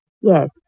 Yes